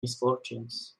misfortunes